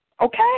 okay